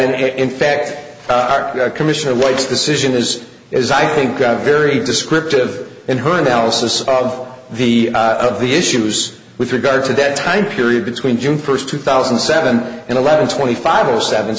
and in fact commissioner white's decision is is i think very descriptive in her analysis of the of the issues with regard to that time period between june first two thousand and seven and eleven twenty five or seven